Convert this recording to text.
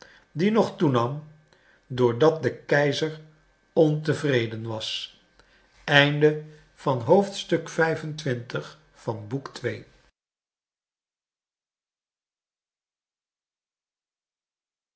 die nog toenam doordat de keizer ontevreden was